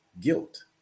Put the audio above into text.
guilt